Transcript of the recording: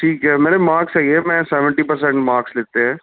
ਠੀਕ ਐ ਮੇਰੇ ਮਾਕਸ ਸਹੀ ਐ ਮੈਂ ਸੈਵਨਟੀ ਪਰਸੈਂਟ ਮਾਕਸ ਲਿੱਤੇ ਐ